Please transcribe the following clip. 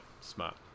smart